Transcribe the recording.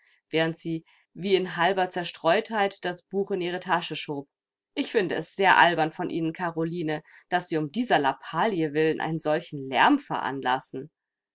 während sie wie in halber zerstreutheit das buch in ihre tasche schob ich finde es sehr albern von ihnen karoline daß sie um dieser lappalie willen einen solchen lärm veranlassen